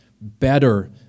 better